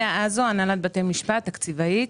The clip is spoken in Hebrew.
תקציבאית.